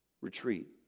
Retreat